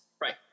Right